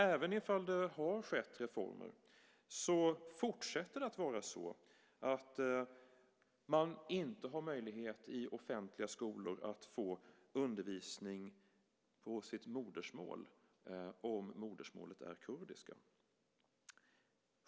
Även om det har gjorts reformer har man fortsatt inte möjlighet att i offentliga skolor få undervisning på sitt modersmål om modersmålet är kurdiska.